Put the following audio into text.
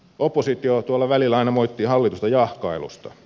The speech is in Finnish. oppositio tuolla välillä aina moittii hallitusta jahkailusta